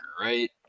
right